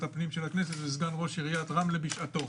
הפנים של הכנסת וסגן ראש עיריית רמלה בשעתו.